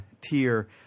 tier